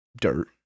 dirt